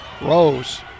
Rose